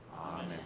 Amen